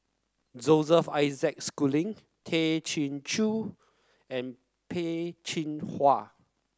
Joseph Isaac Schooling Tay Chin Joo and Peh Chin Hua